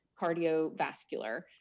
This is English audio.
cardiovascular